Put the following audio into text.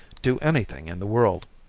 do anything in the world.